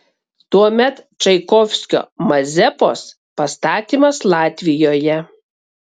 tuomet čaikovskio mazepos pastatymas latvijoje